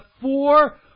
four